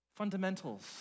Fundamentals